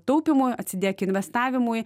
taupymui atsidėk investavimui